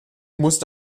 musste